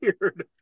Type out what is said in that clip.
weird